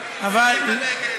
היא לא החליטה נגד.